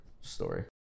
story